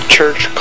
Church